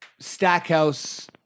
Stackhouse